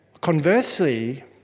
conversely